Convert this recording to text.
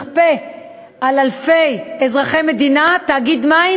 ובכך נכפה על אלפי אזרחי המדינה תאגיד מים